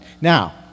Now